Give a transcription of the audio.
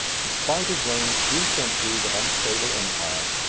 in spite of rome's few centuries of unstable empire,